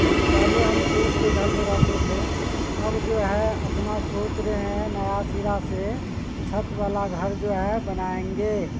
پہلے ہم پھوس کے گھر میں رہتے تھے اب جو ہے اپنا سوچ رے ہیں نیا سرا سے چھت والا گھر جو ہے بنائیں گے